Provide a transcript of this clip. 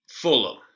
Fulham